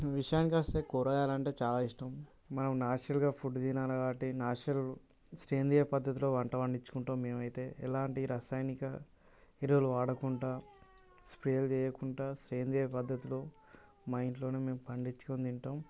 విషయానికి వస్తే కూరగాయలు అంటే చాలా ఇష్టం మనం నాచురల్గా ఫుడ్ తినాలి కాబట్టి నాచురల్ సేంద్రీయ పద్ధతిలో పంట పండించుకుంటాము మేము అయితే ఎలాంటి రసాయనిక ఎరువులు వాడకుండా స్ప్రేలు చేయకుండా సేంద్రీయ పద్ధతిలో మా ఇంట్లోనే మేము పండించుకొని తింటాము